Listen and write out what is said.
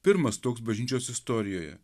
pirmas toks bažnyčios istorijoje